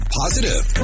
positive